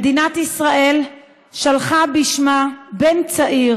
מדינת ישראל שלחה בשמה בן צעיר